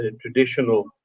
traditional